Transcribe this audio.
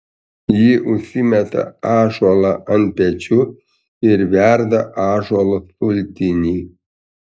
ji užsimeta ąžuolą ant pečių ir verda ąžuolo sultinį